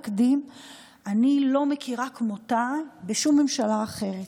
לדעתי, אני לא מכירה כמותה בשום ממשלה אחרת.